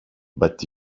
but